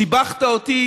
שיבחת אותי